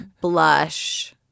blush